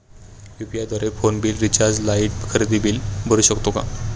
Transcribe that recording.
UPI द्वारे phone bill, recharge, light, खरेदी bill भरू शकतो का?